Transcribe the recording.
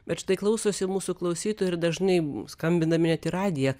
bet štai klausosi mūsų klausytojai ir dažnai mum skambina net į radiją